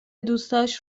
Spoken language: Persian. دوستاش